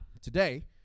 today